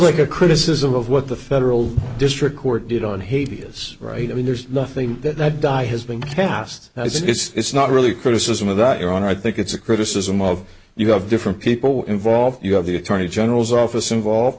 like a criticism of what the federal district court did on haiti is right i mean there's nothing that i die has been passed and i think it's not really a criticism of that you're on i think it's a criticism of you have different people involved you have the attorney general's office involve